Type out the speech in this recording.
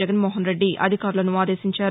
జగన్శోహన్రెడ్డి అధికారులను ఆదేశించారు